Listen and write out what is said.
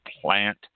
plant